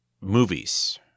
movies